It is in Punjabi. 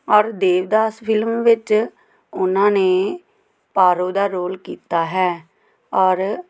ਔਰ ਦੇਵਦਾਸ ਫਿਲਮ ਵਿੱਚ ਉਹਨਾਂ ਨੇ ਪਾਰੋ ਦਾ ਰੋਲ ਕੀਤਾ ਹੈ ਔਰ